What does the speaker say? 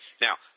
Now